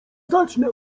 zacznę